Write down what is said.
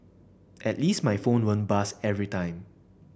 at least my phone won't buzz every time